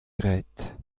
graet